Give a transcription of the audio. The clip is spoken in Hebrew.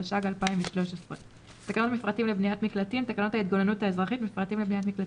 "ת"י 1918 חלק 1" תקן ישראלי ת"י